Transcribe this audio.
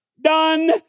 done